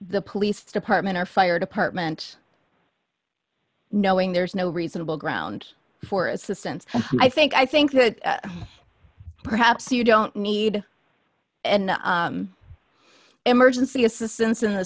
the police department or fire department knowing there's no reasonable ground for assistance i think i think that perhaps you don't need and emergency assistance in the